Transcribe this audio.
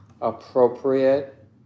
appropriate